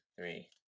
Three